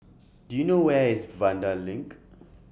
Do YOU know Where IS Vanda LINK